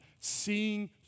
Seeing